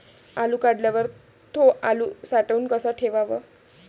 आलू काढल्यावर थो आलू साठवून कसा ठेवाव?